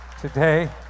today